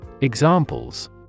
Examples